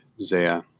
Zaya